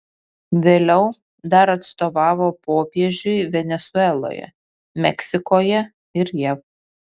vėliau dar atstovavo popiežiui venesueloje meksikoje ir jav